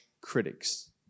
critics